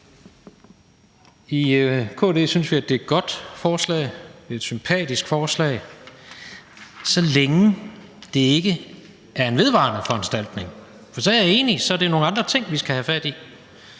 I KD synes vi, det er et godt forslag. Det er et sympatisk forslag, så længe det ikke er en vedvarende foranstaltning, for så er jeg enig i, at det er nogle andre ting, vi skal have fat i.